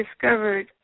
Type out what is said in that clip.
discovered